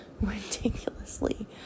ridiculously